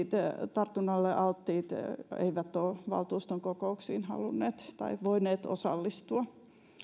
tartunnalle alttiit eivät ole valtuuston kokouksiin halunneet tai voineet osallistua